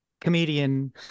Comedian